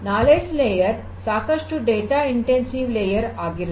knowledge layer ಸಾಕಷ್ಟು data intensive layer ಆಗಿರುತ್ತದೆ